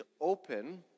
open